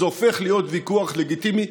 זה הופך להיות ויכוח לגיטימי.